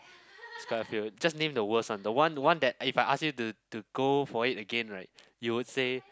just name the worst one the one one that if I ask you to to go for it again right you would say